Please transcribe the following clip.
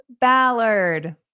Ballard